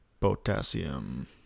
Potassium